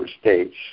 states